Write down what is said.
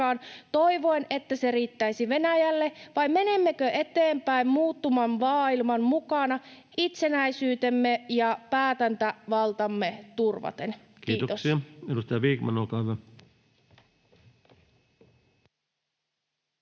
koputtaa] että se riittäisi Venäjälle, vai menemmekö eteenpäin muuttuvan maailman mukana itsenäisyytemme ja päätäntävaltamme turvaten. — Kiitos. Kiitoksia.